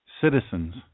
citizens